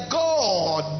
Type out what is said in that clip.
god